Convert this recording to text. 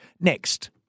next